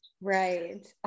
Right